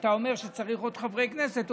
שאתה אומר שצריך עוד חברי כנסת,